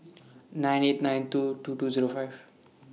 nine eight nine two two two Zero five